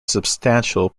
substantial